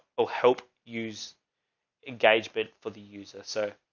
oh, hope. use engagement for the user. so.